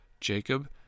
Jacob